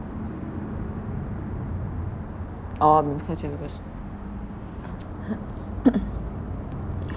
oh because you're nervous